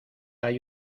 hay